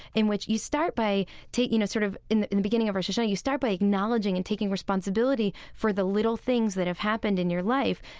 in which you start by you know, sort of in the in the beginning of rosh hashanah, you start by acknowledging and taking responsibility for the little things that have happened in your life,